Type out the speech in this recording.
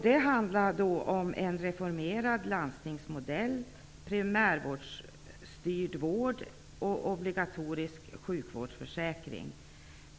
Det handlar om en reformerad landstingsmodell, primärvårdsstyrd vård och obligatorisk sjukvårdsförsäkring.